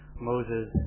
Moses